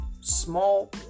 small